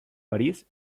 parís